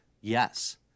yes